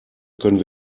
können